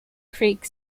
creek